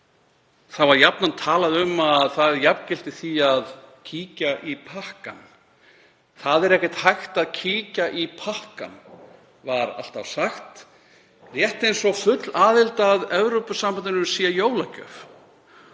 Jafnan var talað um að það jafngilti því að kíkja í pakkann. „Það er ekkert hægt að kíkja í pakkann,“ var alltaf sagt, rétt eins og full aðild að Evrópusambandinu væri jólagjöf,